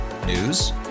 News